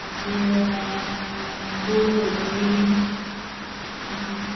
मागीर गोड भजी मागीर